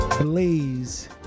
Blaze